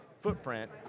footprint